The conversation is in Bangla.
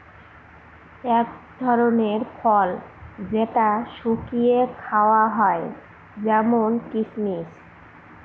এক ধরনের ফল যেটা শুকিয়ে খাওয়া হয় যেমন কিসমিস